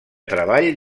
treball